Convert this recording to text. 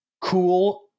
cool